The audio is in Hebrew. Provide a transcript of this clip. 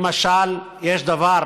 למשל, יש דבר,